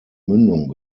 mündung